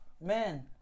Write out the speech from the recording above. Man